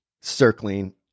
circling